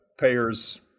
payers